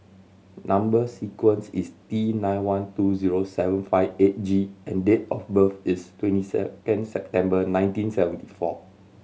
number sequence is T nine one two zero seven five eight G and date of birth is twenty second September nineteen seventy four